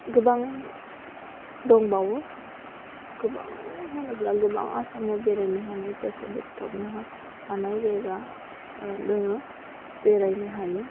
गोबां दंबावो गोबां होनोब्ला गोबां आसामाव बेरायनो हानाय गोसो बोगथाबनो हानाय जायगा दोङो बेरायनो हायो